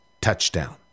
touchdown